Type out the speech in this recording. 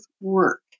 work